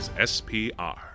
SPR